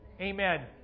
Amen